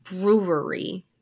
brewery